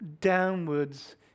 downwards